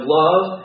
love